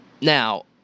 Now